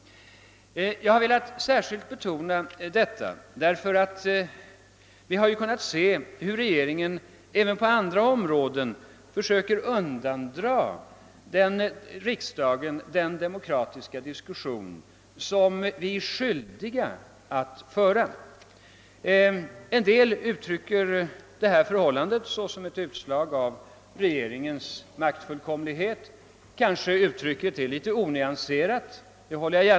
Jag har särskilt velat betona detta, eftersom vi har sett hur regeringen även på andra områden försöker undandra riksdagen den demokratiska diskussion som vi är skyldiga att föra. En del uttrycker sig på det sättet, att detta skulle vara ett utslag av regeringens maktfullkomlighet. Kanske är det uttrycket litet onyanserat.